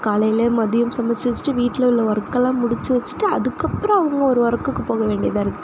காலையில் மதியம் சமைச்சி வச்சுட்டு வீட்டில் உள்ள ஒர்க்கெல்லாம் முடிச்சு வச்சுட்டு அதுக்கப்புறம் அவங்க ஒரு ஒர்க்கு போக வேண்டியதாக இருக்குது